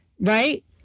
right